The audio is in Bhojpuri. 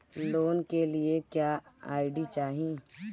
लोन के लिए क्या आई.डी चाही?